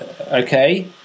okay